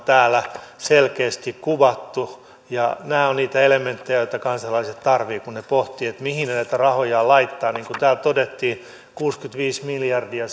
täällä selkeästi kuvattu nämä ovat niitä elementtejä joita kansalaiset tarvitsevat kun he pohtivat mihin he näitä rahojaan laittavat niin kuin täällä todettiin kuusikymmentäviisi miljardia